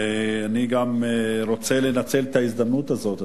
ואני גם רוצה לנצל את ההזדמנות הזאת,